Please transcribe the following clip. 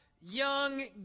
young